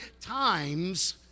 times